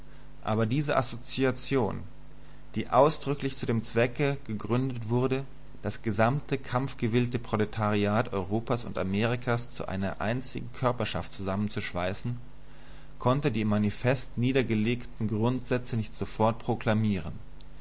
aber diese assoziation die ausdrücklich zu dem zwecke gegründet wurde das gesamte kampfgewillte proletariat europas und amerikas zu einer einzigen körperschaft zusammenzuschweißen konnte die im manifest niedergelegten grundsätze nicht sofort proklamieren